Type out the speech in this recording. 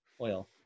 Oil